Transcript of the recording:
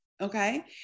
Okay